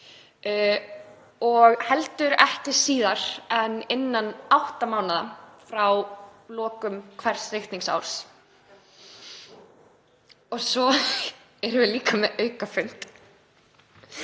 og heldur ekki síðar en innan átta mánaða frá lokum hvers reikningsárs. Við erum líka með aukafundi.